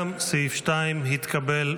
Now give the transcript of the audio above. גם סעיף 2 התקבל,